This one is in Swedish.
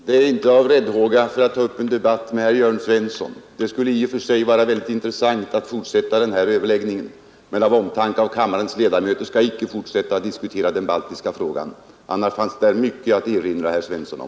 Herr talman! Det är inte av räddhåga för att ta upp en debatt med herr Jörn Svensson — det skulle i och för sig vara mycket intressant att fortsätta denna överläggning — utan av omtanke om riksdagens ledamöter som jag inte skall fortsätta att diskutera den baltiska frågan. Annars finns det mycket att erinra herr Svensson om.